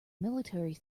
military